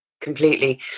completely